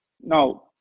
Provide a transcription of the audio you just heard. now